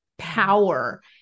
power